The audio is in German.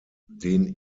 den